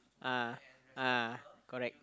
ah ah correct